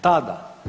Tada.